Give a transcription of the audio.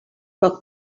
poc